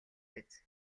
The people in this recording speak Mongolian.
биз